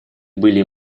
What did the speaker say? были